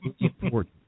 important